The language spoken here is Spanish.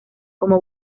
como